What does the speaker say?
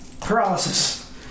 Paralysis